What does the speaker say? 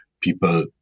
people